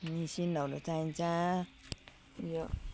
मसिनहरू चाहिन्छ यो